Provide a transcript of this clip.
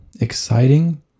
exciting